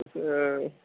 तसं